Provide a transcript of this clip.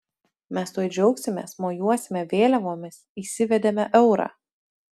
mes tuoj džiaugsimės mojuosime vėliavomis įsivedėme eurą